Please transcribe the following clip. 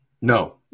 No